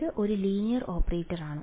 ഇത് ഒരു linear operator ആണ്